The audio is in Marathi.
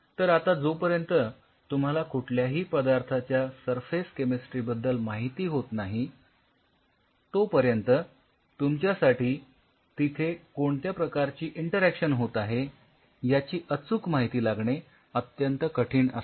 तर आता जोपर्यंत तुम्हाला कुठल्याही पदार्थाच्या सरफेस केमिस्ट्री बद्दल माहिती होत नाही तोपर्यंत तुमच्यासाठी तिथे कोणत्या प्रकारची इंटरॅक्शन होत आहे याची अचूक माहिती लागणे अत्यंत कठीण असते